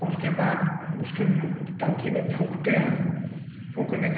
और उसके बाद उसके टंकी में फूँकते हैं फूँकने के बाद